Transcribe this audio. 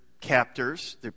captors